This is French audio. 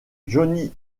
johnny